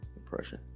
impression